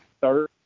third